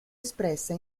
espressa